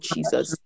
Jesus